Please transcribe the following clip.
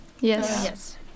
Yes